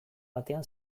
batean